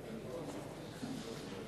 אמנון כהן.